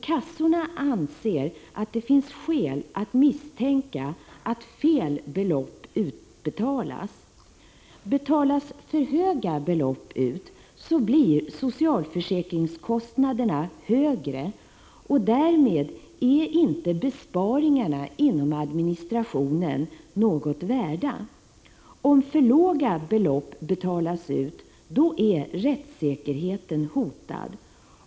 Kassorna anser att det finns skäl att misstänka att felaktiga belopp utbetalas. Betalas för höga belopp ut, blir socialförsäkringskostnaderna högre. Därmed är inte besparingarna inom administrationen värda något. Om för låga belopp betalas ut, är rättssäkerheten hotad.